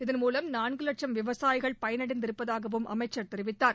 இதன் மூலம் நான்கு வட்சம் விவசாயிகள் பயனடைந்து இருப்பதாவும் அமைச்சர் தெரிவித்தார்